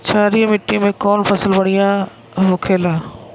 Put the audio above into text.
क्षारीय मिट्टी में कौन फसल बढ़ियां हो खेला?